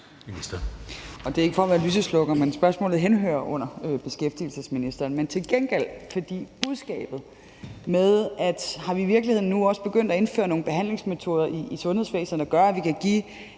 Det er ikke for at være lyseslukker, men spørgsmålet henhører under beskæftigelsesministeren. Men til gengæld er der budskabet, i forhold til om vi i virkeligheden nu også er begyndt at indføre nogle behandlingsmetoder i sundhedsvæsenet, der gør, at vi kan give